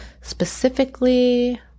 specifically